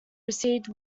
received